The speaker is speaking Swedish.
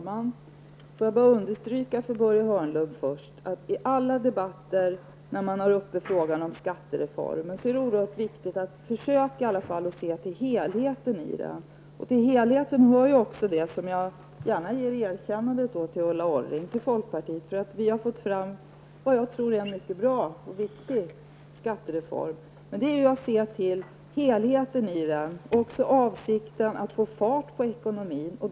Herr talman! Först vill jag, Börje Hörnlund, understryka att det i alla debatter där frågan om skattereformen tas upp är oerhört viktigt att man i alla fall försöker se till helheten. I det avseendet ger jag gärna Ulla Orring och folkpartiet ett erkännande för att vi har fått fram en skattereform som jag tror är mycket bra och viktig. Det gäller alltså att se till reformens helhet och även till avsikten, att få fart på ekonomin.